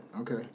Okay